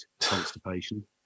constipation